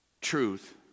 Truth